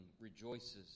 rejoices